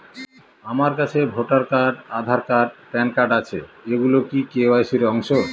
আমার কাছে voter card Aadhaar card PAN card আছে এগুলো কি কে.ওয়াই.সি র অংশ?